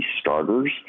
starters